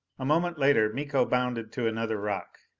a moment later, miko bounded to another rock.